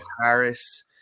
Harris